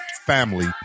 family